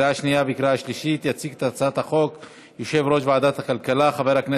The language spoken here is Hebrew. עברה בקריאה שלישית ותיכנס לספר החוקים של מדינת ישראל.